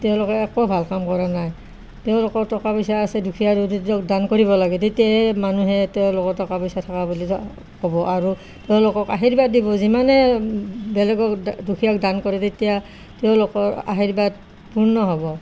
তেওঁলোকে একো ভাল কাম কৰা নাই তেওঁলোকৰ টকা পইচা আছে দুখীয়া দৰিদ্ৰক দান কৰিব লাগে তেতিয়াহে মানুহে তেওঁলোকৰ টকা পইচা থকা বুলি যা ক'ব আৰু তেওঁলোকক আশীৰ্বাদ দিব যিমানে বেলেগক দা দুখীয়াক দান কৰে তেতিয়া তেওঁলোকৰ আশীৰ্বাদ পূৰ্ণ হ'ব